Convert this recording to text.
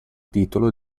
titolo